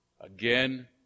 again